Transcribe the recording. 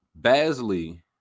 Basley